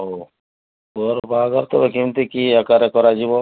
ହଉ ପୁଅର ବାହାଘର ତେବେ କେମିତି କି ଆକାରରେ କରାଯିବ